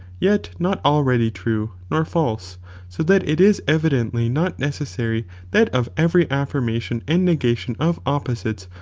yet not already true nor false so that it is evidently not necessary that of every affirmation and nega tion of opposites,